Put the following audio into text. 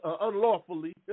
unlawfully